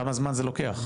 כמה זמן זה לוקח?